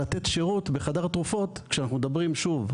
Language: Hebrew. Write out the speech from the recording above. לתת שירות לחדר התרופות כשאנחנו מדברים שוב,